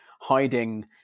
hiding